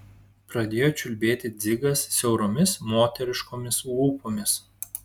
pradėjo čiulbėti dzigas siauromis moteriškomis lūpomis